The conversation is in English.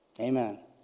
Amen